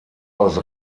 aus